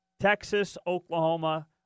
Texas-Oklahoma